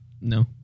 no